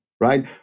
right